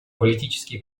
политический